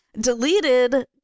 deleted